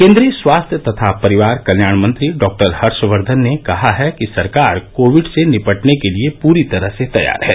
केन्द्रीय स्वास्थ्य तथा परिवार कल्याण मंत्री डॉक्टर हर्षवर्धन ने कहा है कि सरकार कोविड से निपटने के लिए पूरी तरह से तैयार है